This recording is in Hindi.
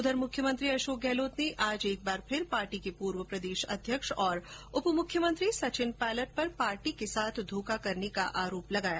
उधर मुख्यमंत्री अशोक गहलोत ने आज एक बार फिर पार्टी के पूर्व प्रदेश अध्यक्ष और उपमुख्यमंत्री सचिन पायलट पर पार्टी के साथ धोखा करने का आरोप लगाया